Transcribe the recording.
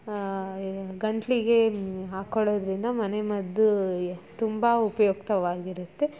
ಗಂಟಲಿಗೆ ಹಾಕೊಳ್ಳೋದ್ರಿಂದ ಮನೆ ಮದ್ದು ತುಂಬ ಉಪಯುಕ್ತವಾಗಿರುತ್ತೆ